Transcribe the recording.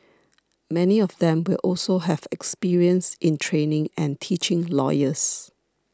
many of them will also have experience in training and teaching lawyers